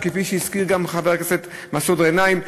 כפי שהזכיר גם חבר הכנסת מסעוד גנאים,